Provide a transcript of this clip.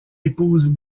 épouse